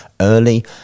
early